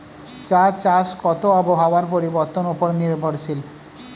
চা চাষ কতটা আবহাওয়ার পরিবর্তন উপর নির্ভরশীল?